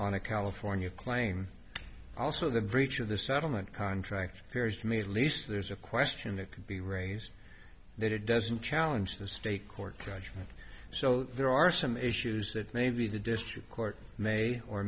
on a california claim also the breach of the settlement contract appears to me at least there's a question that could be raised that it doesn't challenge the state court judgement so there are some issues that maybe the district court may or